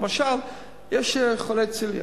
למשל, יש חולי צליאק,